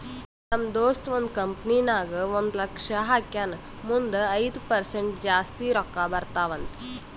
ನಮ್ ದೋಸ್ತ ಒಂದ್ ಕಂಪನಿ ನಾಗ್ ಒಂದ್ ಲಕ್ಷ ಹಾಕ್ಯಾನ್ ಮುಂದ್ ಐಯ್ದ ಪರ್ಸೆಂಟ್ ಜಾಸ್ತಿ ರೊಕ್ಕಾ ಬರ್ತಾವ ಅಂತ್